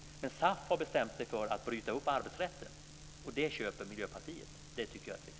Men SAF har bestämt sig för att bryta upp arbetsrätten. Det köper Miljöpartiet, och det tycker jag är trist.